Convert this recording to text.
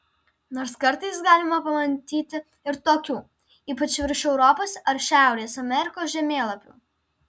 nors kartais galima pamatyti ir tokių ypač virš europos ar šiaurės amerikos žemėlapių